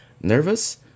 nervous